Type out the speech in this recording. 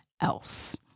else